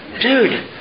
dude